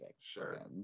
sure